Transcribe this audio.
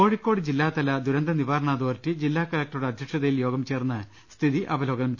കോഴിക്കോട്ട് ജില്ലാതല ദുരന്തനിവാരണ അതോറിറ്റി ജില്ലാക ലക്ടറുടെ അധ്യക്ഷതയിൽ യോഗം ചേർന്ന് സ്ഥിതി അവലോകനം ചെയ്തു